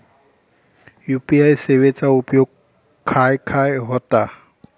UPI सेवेचा उपयोग खाय खाय होता?